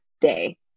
day